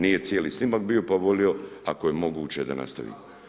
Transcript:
Nije cijeli snimak bio, pa bi volio, ako je moguće da nastavi.